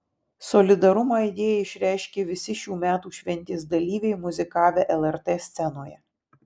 solidarumą idėjai išreiškė visi šių metų šventės dalyviai muzikavę lrt scenoje